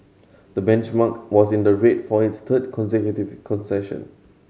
the benchmark was in the red for its third consecutive concession